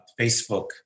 Facebook